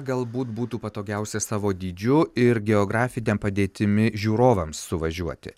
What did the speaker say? galbūt būtų patogiausia savo dydžiu ir geografine padėtimi žiūrovams suvažiuoti